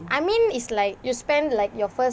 I mean is like you spend like your first